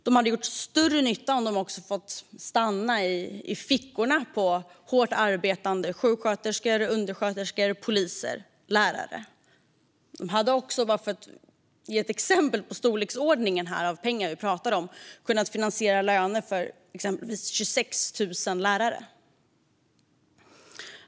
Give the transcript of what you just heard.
De hade gjort större nytta om de hade fått stanna i fickorna på hårt arbetande sjuksköterskor, undersköterskor, poliser och lärare. De hade också, bara för att ge ett exempel på storleksordningen, kunnat finansiera löner för exempelvis 26 000 lärare.